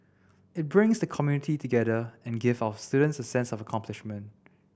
it brings the community together and give our students a sense of accomplishment